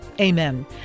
amen